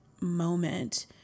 moment